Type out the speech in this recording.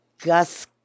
Gus